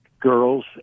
girls